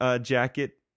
jacket